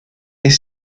est